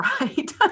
right